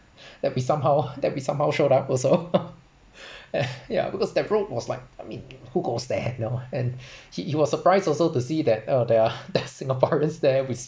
that we somehow that we somehow showed up also eh ya because that road was like I mean who goes there you know and he he was surprised also to see that uh there are there are singaporeans there